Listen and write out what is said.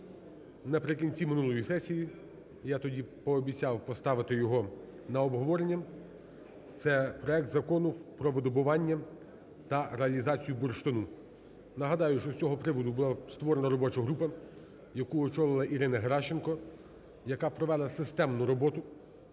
наприкінці минулої сесії, я тоді пообіцяв поставити його на обговорення, це проект Закону про видобування та реалізацію бурштину. Нагадаю, що з цього приводу була створена робоча група, яку очолила Ірина Геращенко, яка провела системну роботу